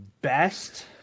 best